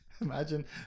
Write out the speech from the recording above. Imagine